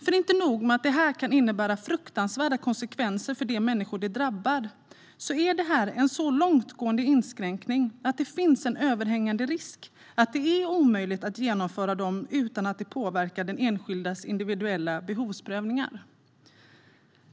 Förutom att detta kan få fruktansvärda konsekvenser för de människor som drabbas är det en så långtgående inskränkning att det finns en överhängande risk att det är omöjligt att genomföra detta utan att det påverkar den enskildes individuella behovsprövning.